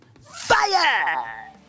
fire